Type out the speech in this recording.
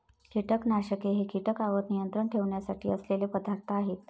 कीटकनाशके हे कीटकांवर नियंत्रण ठेवण्यासाठी असलेले पदार्थ आहेत